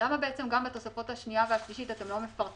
למה בתוספות השנייה והשלישית אתם לא מפרטים